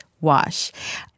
wash